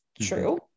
true